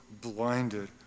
blinded